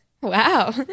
Wow